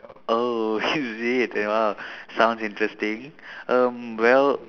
oh is it !wah! sounds interesting um well